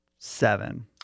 Seven